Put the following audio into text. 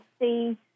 see